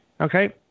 Okay